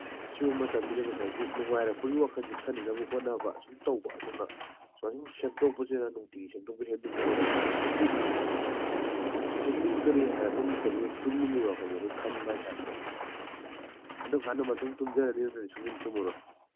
ꯁꯨꯒꯨꯝꯕ ꯃꯇꯝꯁꯤꯗ ꯉꯁꯥꯏꯒꯤ ꯅꯨꯡꯉꯥꯏꯔꯛꯄꯒꯤ ꯋꯥꯈꯟꯁꯦ ꯈꯟꯅꯅꯕ ꯍꯣꯠꯅꯕ ꯁꯨꯝ ꯇꯧꯕ ꯑꯗꯨꯝꯅ ꯁꯨꯃꯥꯏꯅ ꯁꯨꯝ ꯁꯦꯝꯇꯣꯛꯄꯁꯤꯅ ꯅꯨꯡꯇꯤꯒꯤ ꯁꯦꯝꯗꯣꯛꯄꯒꯤ ꯍꯦꯕꯤꯠꯁꯦ ꯂꯩꯔꯛꯑꯀꯥꯟꯗ ꯇꯨꯝꯅꯤꯡꯕꯁꯦ ꯇꯨꯝꯅꯤꯡꯗ꯭ꯔꯦ ꯍꯥꯏꯕ ꯃꯇꯝꯁꯤꯗ ꯇꯨꯝꯅꯤꯡꯕꯒꯤ ꯋꯥꯈꯟꯁꯦ ꯑꯩꯈꯣꯏ ꯈꯟꯕ ꯍꯥꯏ ꯇꯥꯔꯦ ꯑꯗꯨꯀꯥꯟꯗ ꯃꯇꯣꯝ ꯇꯨꯝꯖꯔꯅꯤ ꯅꯠꯇ꯭ꯔꯗꯤ ꯁꯨꯡꯇꯨꯝ ꯇꯨꯝꯃꯔꯣꯏ